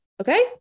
Okay